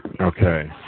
Okay